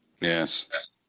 Yes